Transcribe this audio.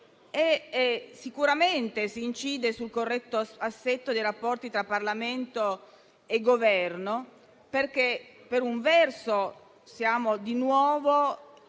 sicuramente si incide sul corretto assetto dei rapporti tra Parlamento e Governo, perché, per un verso, stiamo di nuovo